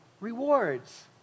rewards